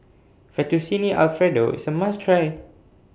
Fettuccine Alfredo IS A must Try